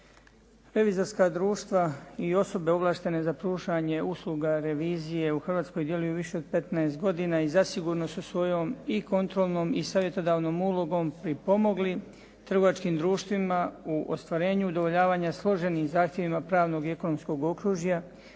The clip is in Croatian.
Revizorska društva i osobe ovlaštene za pružanje usluga revizije u Hrvatskoj djeluju više od 15 godina i zasigurno su svojom i kontrolnom i savjetodavnom ulogom pripomogli trgovačkim društvima u ostvarenju udovoljavanja složenim zahtjevima pravnog i ekonomskog okružja